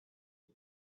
the